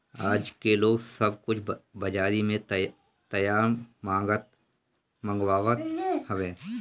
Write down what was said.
आजके लोग सब कुछ बजारी से तैयार मंगवात हवे